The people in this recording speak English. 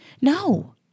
No